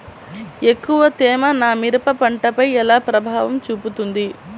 ఎక్కువ తేమ నా మిరప పంటపై ఎలా ప్రభావం చూపుతుంది?